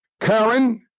Karen